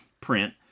print